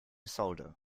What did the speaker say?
solder